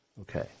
Okay